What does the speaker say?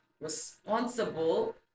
responsible